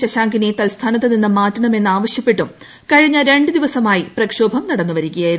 ശശാങ്കിനെ തൽസ്ഥാനത്ത് നിന്നും മാറ്റണമെന്ന് ആവശ്യപ്പെട്ടും കഴിഞ്ഞ രണ്ട് ദിവസമായി പ്രക്ഷോഭം നടന്നുവരികൂയായിരുന്നു